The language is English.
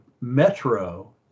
metro